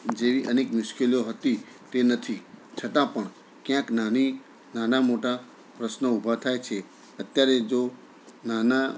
જેવી અનેક મુશ્કેલીઓ હતી તે નથી છતાં પણ ક્યાંક નાની નાના મોટા પ્રશ્નો ઊભાં થાય છે અત્યારે જો નાના